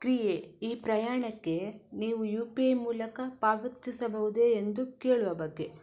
ಕ್ರಿಯೆ ಈ ಪ್ರಯಾಣಕ್ಕೆ ನೀವು ಯು ಪಿ ಐ ಮೂಲಕ ಪಾವತಿಸಬಹುದೇ ಎಂದು ಕೇಳುವ ಬಗ್ಗೆ